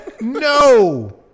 No